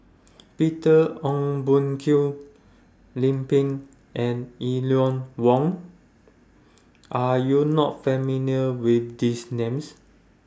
Peter Ong Boon Kwee Lim Pin and Eleanor Wong Are YOU not familiar with These Names